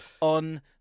on